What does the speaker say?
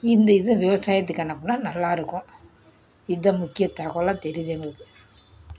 இந்த இதை விவசாயத்துக்கு அனுப்புனா நல்லாருக்கும் இதான் முக்கிய தகவலாக தெரியுது எங்களுக்கு